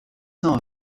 cent